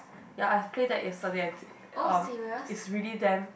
ya I've played that yesterday and is really damn